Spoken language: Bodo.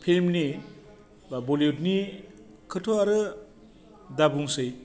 फिल्मनि बा बलिवुडनिखौथ' आरो दाबुंसै